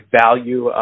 value